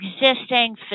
existing